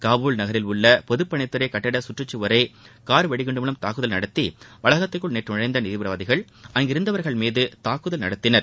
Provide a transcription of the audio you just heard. காபூல் நகரில் உள்ள பொதுப்பணித்துறை கட்டிட கற்றுச்சுவரை கார் வெடிகுண்டு மூவம் தாக்குதல் நடத்தி வளாகத்திற்குள் நேற்று நுழைந்த தீவிரவாதிகள் அங்கிருந்தவர்கள் மீது தாக்குதல் நடத்தினர்